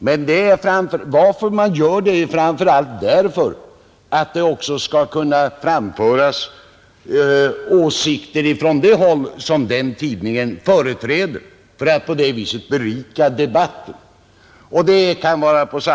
Anledningen till att man gör detta är framför allt att där också skall kunna framföras åsikter från det håll som den tidningen företräder och debatten därmed berikas, Det kan vara likadant på andra håll.